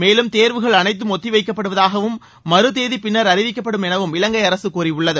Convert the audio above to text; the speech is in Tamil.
மேலும் தேர்வுகள் அனைத்தும் ஒத்தி வைக்கப்படுவதாகவும் மறு தேதி பின்னர் அறிவிக்கப்படும் எனவும் இலங்கை அரசு கூறியுள்ளது